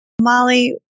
Molly